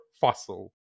fossil